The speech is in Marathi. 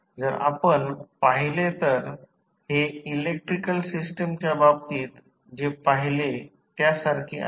जर आपण पाहिले तर हे इलेक्ट्रिकल सिस्टमच्या बाबतीत जे पाहिले त्यासारखेच आहे